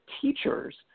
teachers